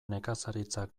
nekazaritza